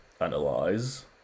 analyze